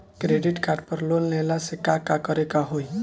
Credit card पर loan लेला से का का करे क होइ?